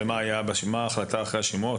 ומה ההחלטה לאחר השימוע?